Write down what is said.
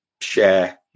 share